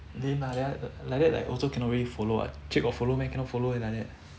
lame lah liddat like also cannot really follow what chek got follow meh cannot follow eh like that